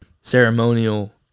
ceremonial